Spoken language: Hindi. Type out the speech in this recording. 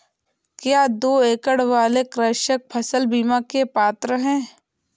क्या दो एकड़ वाले कृषक फसल बीमा के पात्र हैं?